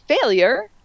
failure